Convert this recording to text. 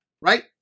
Right